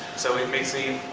so it may seem,